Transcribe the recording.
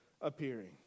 appearing